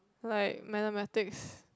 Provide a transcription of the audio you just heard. like mathematics